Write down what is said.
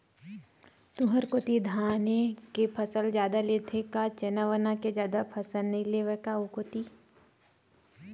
तुंहर कोती धाने के फसल जादा लेथे का चना वना के जादा फसल नइ लेवय का ओ कोती?